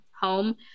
home